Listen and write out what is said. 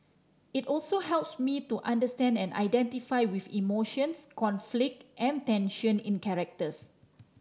it also helps me to understand and identify with emotions conflict and tension in characters